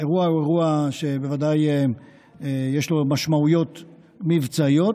האירוע הוא אירוע שוודאי יש לו משמעויות מבצעיות,